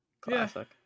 classic